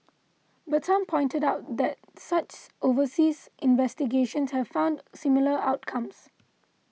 but some pointed out that such overseas investigations have found similar outcomes